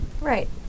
Right